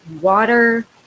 water